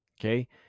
okay